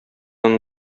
аннан